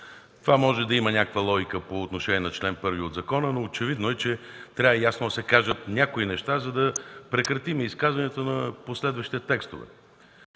Това може да има някаква логика по отношение на чл. 1 от закона, но очевидно трябва ясно да се кажат някои неща, за да прекратим изказванията по следващите текстове.